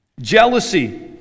jealousy